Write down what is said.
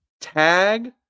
Tag